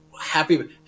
happy